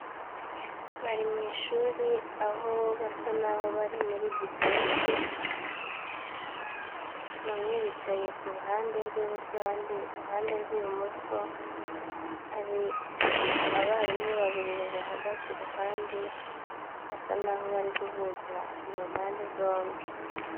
Bari mu ishuri, aho basa n'aho bari muri dibeti, bamwe bicaye ku ruhande rw'iburyo, abandi iruhande rw'ibumoso, hari abarimu babiri bahagaze iruhande, basa n'aho bari guhuza, izo mpande zombi.